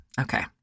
okay